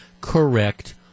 correct